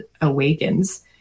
awakens